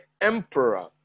emperor